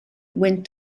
went